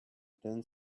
thin